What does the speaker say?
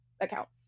account